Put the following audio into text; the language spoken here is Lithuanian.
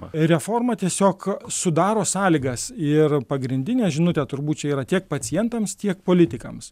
reforma tiesiog sudaro sąlygas ir pagrindinė žinutė turbūt čia yra tiek pacientams tiek politikams